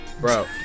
Bro